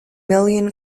million